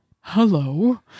Hello